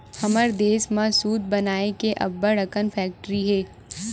हमर देस म सूत बनाए के अब्बड़ अकन फेकटरी हे